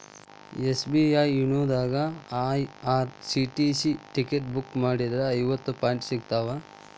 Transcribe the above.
SBI YONO ದಾಗಾ IRCTC ticket book ಮಾಡಿದ್ರ ಐವತ್ತು ಪಾಯಿಂಟ್ ಸಿಗ್ತಾವ